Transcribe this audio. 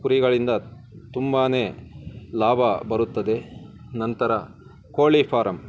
ಕುರಿಗಳಿಂದ ತುಂಬಾ ಲಾಭ ಬರುತ್ತದೆ ನಂತರ ಕೋಳಿ ಫಾರಮ್